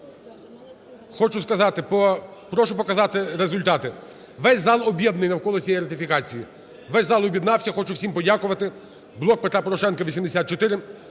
Хочу сказати, прошу показати результати. Весь зал об'єднаний навколо цієї ратифікації, весь зал об'єднався, я хочу всім подякувати. "Блок Петра Порошенка" –